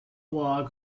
log